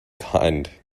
kind